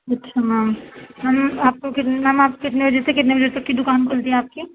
اچھا ma'am ma'am آپ کو میم آپ کتنے بجے سے کتنے بجے تک کی دُکان کُھلتی ہے آپ کی